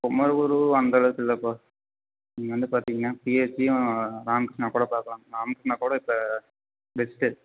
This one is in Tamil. குமரகுரு அந்த அளவுக்கு இல்லைப்பா இங்கே வந்து பார்த்தீங்கன்னா பிஎஸ்ஜியும் ராமகிருஷ்ணா கூட பார்க்கலாம் ராமகிருஷ்ணா கூட இப்போ பெஸ்ட்டு